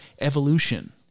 evolution